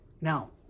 Now